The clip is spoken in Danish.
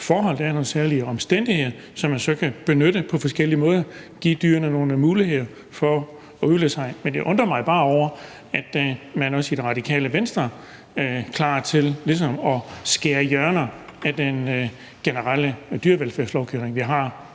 forhold, nogle særlige omstændigheder, som man så kan benytte på forskellig måde, altså til at give dyrene nogle muligheder for at udfolde sig. Men jeg undrer mig bare over, at man også i Radikale Venstre er klar til ligesom at skære hjørner af den generelle dyrevelfærdslovgivning, vi har.